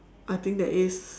I think there is